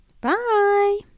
Bye